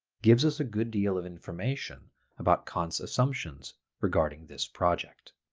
gives us a good deal of information about kant's assumptions regarding this project.